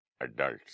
adults